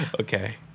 Okay